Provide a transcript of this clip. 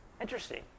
Interesting